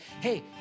hey